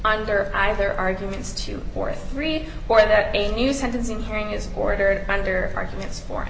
under either arguments two or three more that a new sentencing hearing is ordered under arguments for and